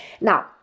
Now